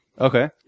Okay